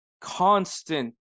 constant